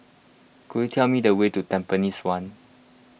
could you tell me the way to Tampines one